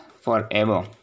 forever